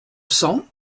cents